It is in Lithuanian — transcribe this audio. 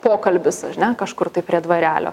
pokalbis ar ne kažkur tai prie dvarelio